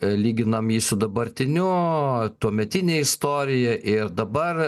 lyginam jį su dabartiniu o tuometinė istorija ir dabar